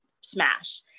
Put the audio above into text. smash